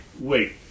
wait